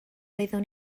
oeddwn